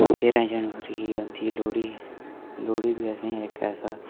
तेरां जनबरी दी औंदी लोह्ड़ी लोह्ड़ी बी असें इक ऐसा